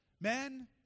Men